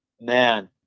man